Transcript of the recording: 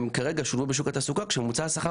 כרגע הם שולבו בשוק התעסוקה כשממוצע השכר